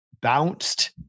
bounced